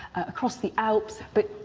across the alps, but,